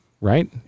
Right